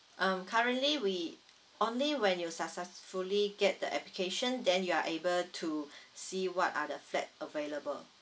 um currently we only when you successfully get the application then you are able to see what are the flat available